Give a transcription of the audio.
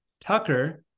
Tucker